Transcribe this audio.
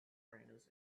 trainers